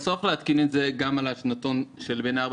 להתקין את זה גם על השנתון של בני ארבע